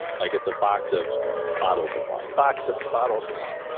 like it's a box of bottles of wine box of bottles of wine,